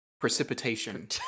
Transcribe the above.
precipitation